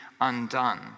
undone